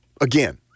again